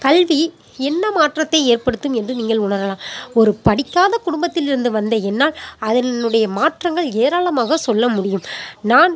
கல்வி என்ன மாற்றத்தை ஏற்படுத்தும் என்று நீங்கள் உணரலாம் ஒரு படிக்காத குடும்பத்திலிருந்து வந்த என்னால் அதனுடைய மாற்றங்கள் ஏராளமாக சொல்ல முடியும் நான்